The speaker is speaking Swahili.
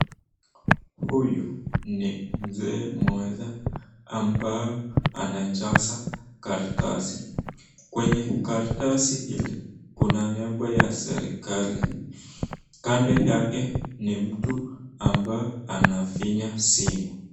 Huyu ni mzee moja ambaye anajaza karatasi, kwenye karatasi hili kina nembo ya serekali , kando yake ni mtu ambaye anafinya simu.